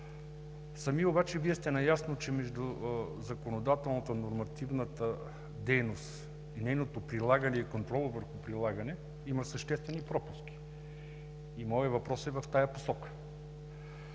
Вие обаче сте наясно, че между законодателната и нормативната дейност и нейното прилагане – контрола върху прилагането, има съществени пропуски. Моят въпрос е в тази посока.